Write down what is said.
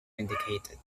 vindicated